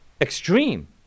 extreme